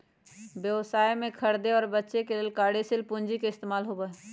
व्यवसाय में खरीदे और बेंचे ला कार्यशील पूंजी के इस्तेमाल होबा हई